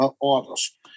orders